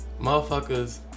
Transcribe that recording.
motherfuckers